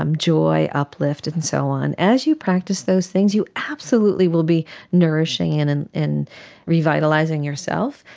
um joy, uplift and so on, as you practice those things you absolutely will be nourishing and and and revitalising yourself,